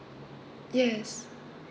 yes